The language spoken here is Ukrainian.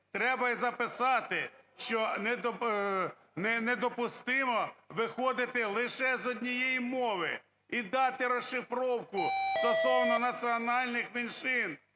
треба і записати, що недопустимо виходити лише з однієї мови і дати розшифровку стосовно національних меншин,